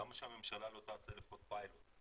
למה שהממשלה לא תעשה לפחות פיילוט.